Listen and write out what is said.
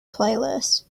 playlist